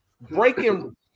breaking